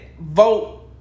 vote